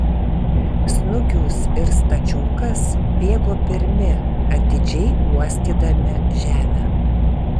snukius ir stačiokas bėgo pirmi atidžiai uostydami žemę